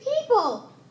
people